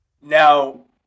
Now